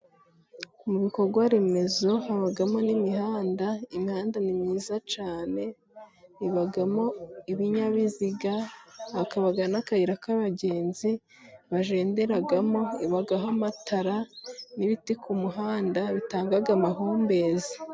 Mu bikorwa remezo habamo n'imihanda, imihanda myiza cyane, ibamo ibinyabiziga, hakaba n'akayira k'abagenzi bagenderamo. Ikabaho amatara n'ibiti ku muhanda bitanga amahumbezi.